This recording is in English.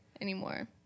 anymore